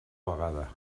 vegada